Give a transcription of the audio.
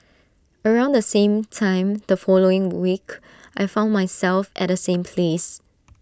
around the same time the following week I found myself at the same place